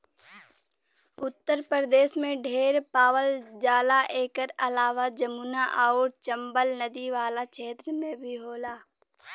उत्तर प्रदेश में ढेर पावल जाला एकर अलावा जमुना आउर चम्बल नदी वाला क्षेत्र में भी होला